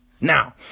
Now